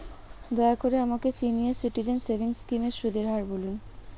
দয়া করে আমাকে সিনিয়র সিটিজেন সেভিংস স্কিমের সুদের হার বলুন